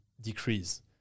decrease